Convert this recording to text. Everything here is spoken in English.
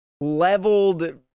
leveled